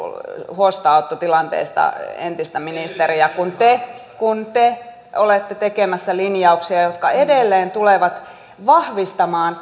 huostaanottotilanteesta entistä ministeriä kun te kun te olette tekemässä linjauksia jotka edelleen tulevat heikentämään